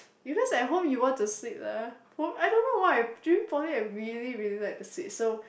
because at home you want to sleep leh I don't know why during poly I really really like to sleep so